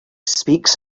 speaks